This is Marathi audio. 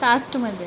कास्टमध्ये